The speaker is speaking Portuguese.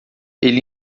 ele